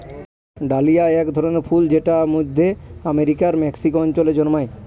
dahlia এক ধরনের ফুল যেটা মধ্য আমেরিকার মেক্সিকো অঞ্চলে জন্মায়